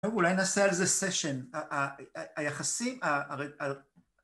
אולי נעשה על זה סשן, היחסים, ה...